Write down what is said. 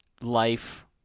life